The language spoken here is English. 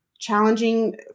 challenging